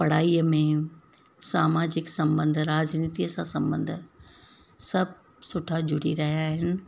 पढ़ाईअ में सामाजिक संबंध राजनीतिअ सां संबंध सभु सुठा जुड़ी रहिया आहिनि